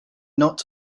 not